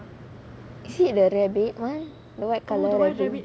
is it the rabbit [one] the white colour rabbit